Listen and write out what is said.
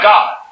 God